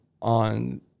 on